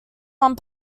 one